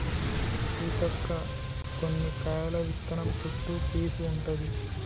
సీతక్క కొన్ని కాయల విత్తనం చుట్టు పీసు ఉంటది